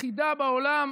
היחידה בעולם,